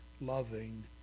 loving